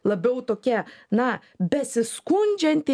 labiau tokia na besiskundžianti